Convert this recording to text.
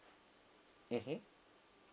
mmhmm